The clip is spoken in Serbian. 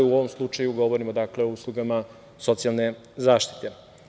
U ovom slučaju govorimo o uslugama socijalne zaštite.